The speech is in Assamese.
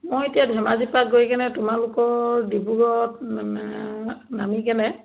মই এতিয়া ধেমাজি পৰা গৈ কেনে তোমালোকৰ ডিব্ৰুগৰত নামি কেনে